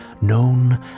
known